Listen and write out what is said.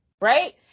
right